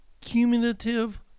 cumulative